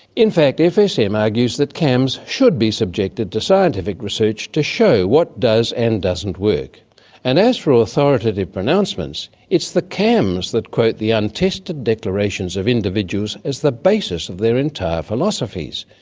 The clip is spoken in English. in fact fsm argues that cams should be subjected to scientific research to show what does and doesn't work and as for authoritative pronouncements it's the cams that quote the untested declarations of individuals as the basis of their entire philosophies,